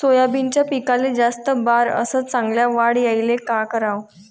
सोयाबीनच्या पिकाले जास्त बार अस चांगल्या वाढ यायले का कराव?